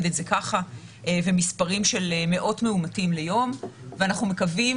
עם מספרים של מאות מאומתים ליום ואנחנו מקווים